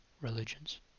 religions